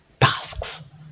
tasks